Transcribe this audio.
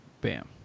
Bam